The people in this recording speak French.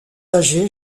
âgé